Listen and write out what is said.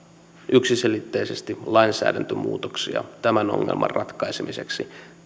yksiselitteisesti lainsäädäntömuutoksia tämän ongelman ratkaisemiseksi